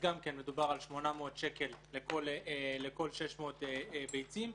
מדובר על 800 שקל לכל 600 ביצים.